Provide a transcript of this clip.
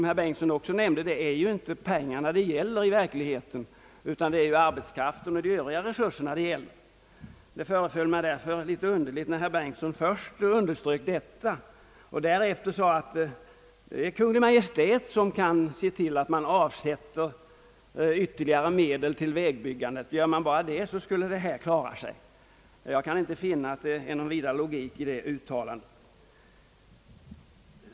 Han nämnde att det inte är pengarna det gäller utan arbetskraften och de övriga resurserna. Det föreföll mig underligt att herr Bengtson först underströk detta och sedan sade att om Kungl. Maj:t ville se till att man avsatte ytterligare medel till vägbyggandet, då skulle det klara sig. Jag kan inte finna någon vidare 10 gik i detta.